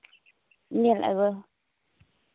ᱧᱮᱞ ᱟᱹᱜᱩ